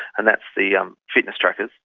and that's the um fitness trackers,